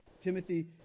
Timothy